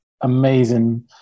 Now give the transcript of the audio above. amazing